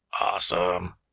awesome